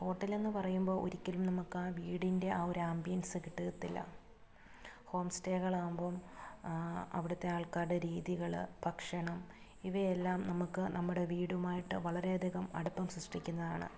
ഹോട്ടലെന്ന് പറയുമ്പോൾ ഒരിക്കലും നമുക്കാ വീടിൻ്റെ ആ ഒരു ആമ്പിയൻസ് കിട്ടില്ല ഹോം സ്റ്റേകളാകുമ്പോൾ അവിടുത്തെ ആൾക്കാരുടെ രീതികൾ ഭക്ഷണം ഇവയെല്ലാം നമുക്ക് നമ്മുടെ വീടുമായിട്ട് വളരെ അധികം അടുപ്പം സൃഷ്ടിക്കുന്നതാണ്